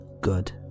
good